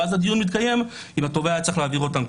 ואז הדיון מתקיים אם התובע היה צריך להעביר אותם,